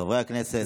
חברי הכנסת.